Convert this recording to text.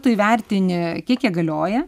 tu įvertini kiek jie galioja